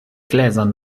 gläsern